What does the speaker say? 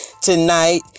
tonight